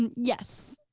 and yes.